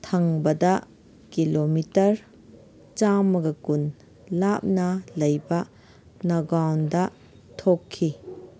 ꯊꯪꯕꯗ ꯀꯤꯂꯣꯃꯤꯇꯔ ꯆꯥꯃꯒ ꯀꯨꯟ ꯂꯥꯞꯅ ꯂꯩꯕ ꯅꯒꯥꯎꯟꯗ ꯊꯣꯛꯈꯤ